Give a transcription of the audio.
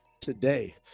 today